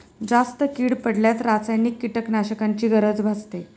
जास्त कीड पडल्यास रासायनिक कीटकनाशकांची गरज भासते